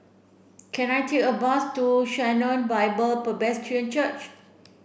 can I take a bus to Sharon Bible Presbyterian Church